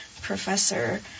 professor